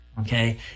Okay